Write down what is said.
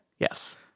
Yes